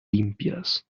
limpias